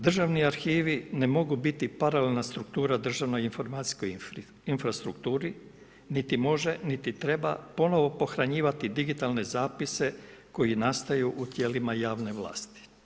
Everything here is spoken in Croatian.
Državni arhivi ne mogu biti paralelna struktura državno-informacijskoj strukturi niti može niti treba ponovno pohranjivati digitalne zapise koji nastaju u tijelima javne vlasti.